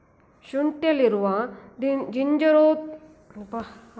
ಶುಂಠಿಯಲ್ಲಿರುವ ಜಿಂಜೆರೋಲ್ಗಳು ನೋವುನಿವಾರಕ ಉದ್ವೇಗಶಾಮಕ ಮತ್ತು ಬ್ಯಾಕ್ಟೀರಿಯಾ ವಿರೋಧಿ ಗುಣಗಳನ್ನು ಹೊಂದಿವೆ